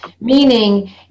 Meaning